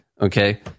Okay